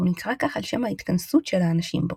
והוא נקרא כך על שם ההתכנסות של האנשים בו.